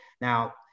Now